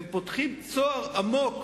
הם פותחים צוהר עמוק